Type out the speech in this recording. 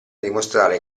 dimostrare